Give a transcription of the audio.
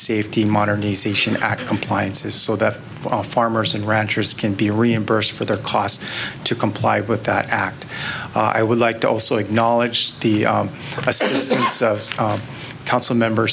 safety modernization act compliance is so that farmers and ranchers can be reimbursed for their costs to comply with that act i would like to also acknowledge the assistance of council member